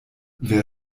wer